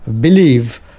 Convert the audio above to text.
believe